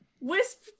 Wisp